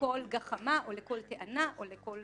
לכל גחמה או לכל טענה או לכל